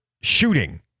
shooting